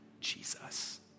Jesus